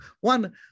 One